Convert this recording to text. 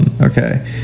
okay